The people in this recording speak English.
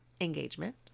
engagement